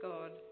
God